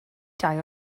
dau